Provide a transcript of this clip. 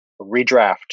redraft